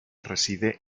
reside